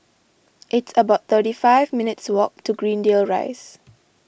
it's about thirty five minutes' walk to Greendale Rise